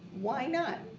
why not?